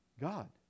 God